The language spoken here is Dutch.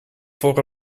voor